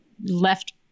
left